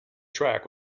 track